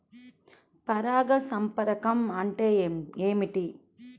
పరాగ సంపర్కం అంటే ఏమిటి?